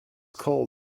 called